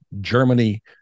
germany